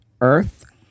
Earth